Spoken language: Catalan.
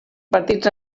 partits